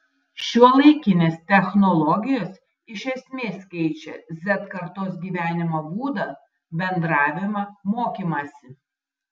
šiuolaikinės technologijos iš esmės keičia z kartos gyvenimo būdą bendravimą mokymąsi